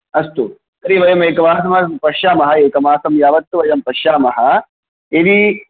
अस्तु तर्हि वयम् एकवारं पश्यामः एकमासं यावत्तु वयं पश्यामः यदि